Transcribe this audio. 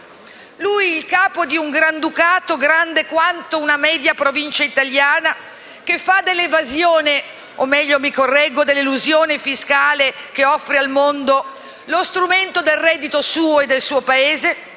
Lui, il capo di un Granducato grande quanto una media Provincia italiana, che fa dell'evasione o, meglio, dell'elusione fiscale, che offre al mondo lo strumento del reddito suo e del suo Paese?